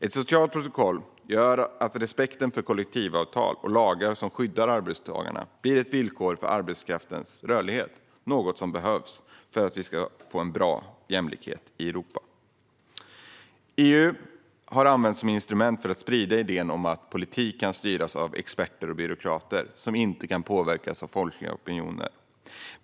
Ett socialt protokoll gör att respekt för kollektivavtal och lagar som skyddar arbetstagare blir ett villkor för arbetskraftens rörlighet, något som vore bra för jämlikheten i Europa. EU har använts som ett instrument för att sprida idén om att politik bör styras av experter och byråkrater, som inte ska kunna påverkas av folkliga opinioner.